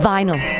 Vinyl